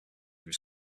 was